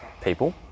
people